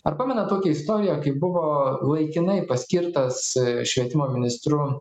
ar pamenat tokią istoriją kaip buvo laikinai paskirtas švietimo ministru